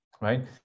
right